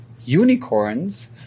unicorns